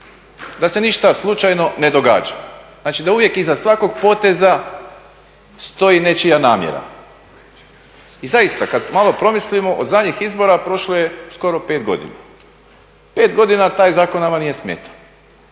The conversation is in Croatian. da se ništa slučajno ne događa. Znači, da uvijek iza svakog poteza stoji nečija namjera. I zaista, kad malo promislimo od zadnjih izbora prošlo je skoro pet godina. Pet godina taj zakon nama nije smetao,